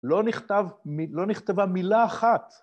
‫לא נכתבה מילה אחת.